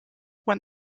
went